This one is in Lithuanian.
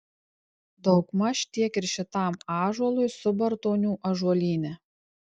daugmaž tiek ir šitam ąžuolui subartonių ąžuolyne